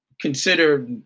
consider